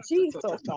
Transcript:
Jesus